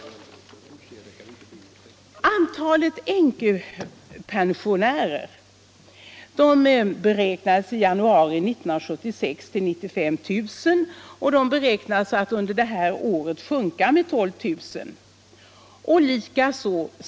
Antalet änkepensionärer uppskattades i januari 1976 till 95 000, och det beräknas under året sjunka med 12 000.